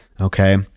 Okay